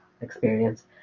experience